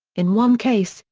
in one case,